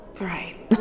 Right